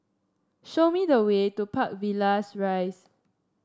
show me the way to Park Villas Rise